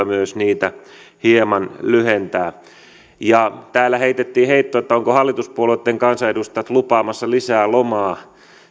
myös niitä hieman lyhentää täällä heitettiin heitto ovatko hallituspuolueitten kansanedustajat lupaamassa lisää lomaa